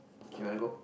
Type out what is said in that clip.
you want to go